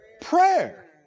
Prayer